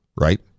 Right